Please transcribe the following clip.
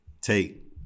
take